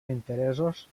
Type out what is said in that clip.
interessos